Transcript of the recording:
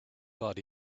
thought